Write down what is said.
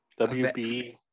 WB